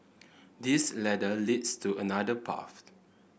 this ladder leads to another path